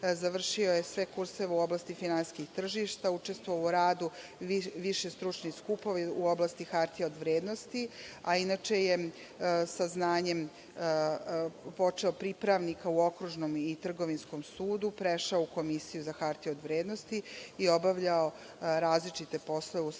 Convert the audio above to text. Završio je sve kurseve u oblasti finansijskih tržišta. Učestvovao je u radu više stručnih skupova u oblasti hartija od vrednosti, a inače je sa znanjem počeo pripravnika u Okružnom i Trgovinskom sudu, prešao u Komisiju za hartije od vrednosti i obavljao različite poslove u Sektoru